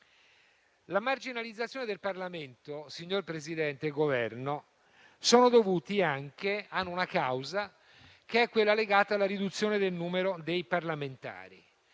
La marginalizzazione del Parlamento, signor Presidente e Governo, ha una causa legata alla riduzione del numero dei parlamentari.